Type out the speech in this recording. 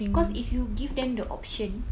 cause if you give them the option